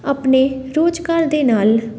ਆਪਣੇ ਰੁਜ਼ਗਾਰ ਦੇ ਨਾਲ